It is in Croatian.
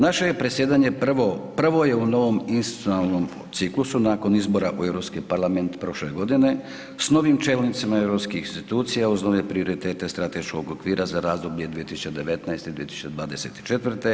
Naše je predsjedanje prvo, prvo je u novom institucionalnom ciklusu nakon izbora u Europski parlament prošle godine, s novim čelnicima europskih institucija uz nove prioritete strateškog okvira za razdoblje 2019. – 2024.